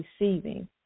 receiving